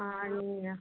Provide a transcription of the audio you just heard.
ஆ நீங்கள்